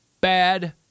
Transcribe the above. bad